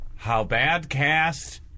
HowBadCast